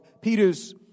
Peter's